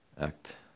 Act